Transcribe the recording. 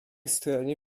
stronie